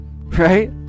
right